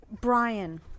brian